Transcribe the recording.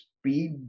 speed